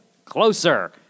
closer